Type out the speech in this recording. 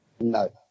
No